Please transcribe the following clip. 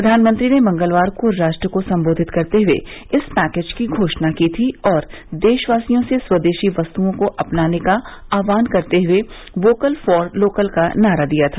प्रधानमंत्री ने मंगलवार को राष्ट्र को संबोधित करते हुए इस पैकेज की घोषणा की थी और देशवासियों से स्वदेशी वस्तुओं को अपनाने का आह्वान करते हए वोकल फॉर लोकल का नारा दिया था